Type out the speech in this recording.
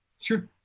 Sure